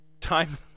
time